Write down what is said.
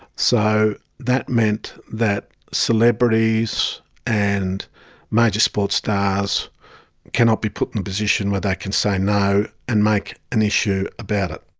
so that meant that celebrities and major sports stars cannot be put in a position where they can say no and make an issue about it.